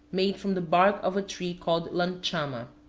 made from the bark of a tree called llanchama.